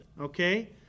okay